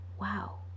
wow